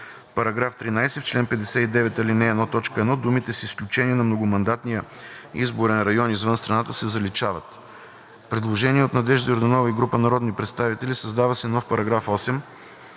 § 13: „§ 13. В чл. 59, ал. 1, т. 1 думите „с изключение на многомандатния изборен район извън страната“ се заличават.“ Предложение от Надежда Йорданова и група народни представители: Създава се нов § 8: „§ 8.